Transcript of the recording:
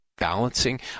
balancing